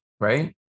right